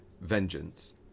Vengeance